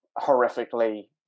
horrifically